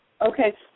Okay